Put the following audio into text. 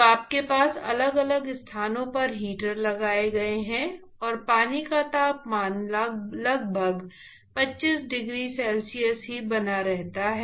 तो आपके पास अलग अलग स्थानों पर हीटर लगाए गए हैं और पानी का तापमान लगभग 25 डिग्री सेल्सियस ही बना रहता है